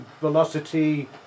velocity